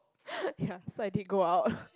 ya so I did go out